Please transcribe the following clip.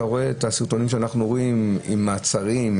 אתה רואה את הסרטונים שאנחנו רואים עם מעצרים,